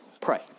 Pray